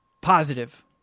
positive